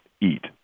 eat